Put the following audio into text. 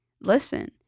listen